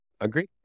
agree